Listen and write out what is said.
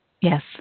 Yes